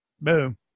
Boom